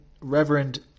reverend